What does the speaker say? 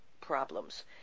problems